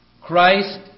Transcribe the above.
Christ